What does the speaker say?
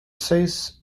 says